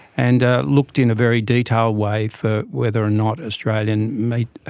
and looked in a very detailed way for whether or not australian meat,